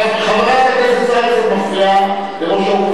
חבר הכנסת אייכלר, אני קורא אותך לסדר פעם ראשונה.